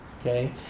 okay